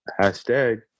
Hashtag